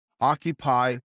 occupy